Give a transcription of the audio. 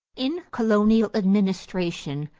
in colonial administration,